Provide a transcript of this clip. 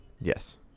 Yes